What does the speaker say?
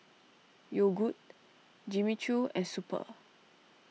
Yogood Jimmy Choo and Super